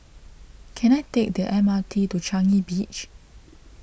can I take the M R T to Changi Beach